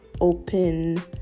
open